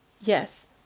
yes